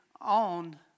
on